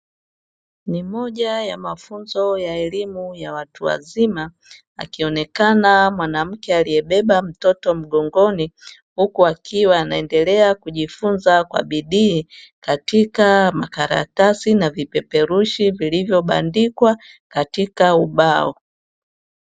Ni moja ya mafunzo ya elimu ya watu wazima, akionekana mwanamke aliyebeba mtoto mgongoni huku akiwa akiendelea kujifunza kwa bidii katika makaratasi na vipeperushi vilivyobandikwa katika ubao.